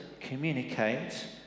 communicate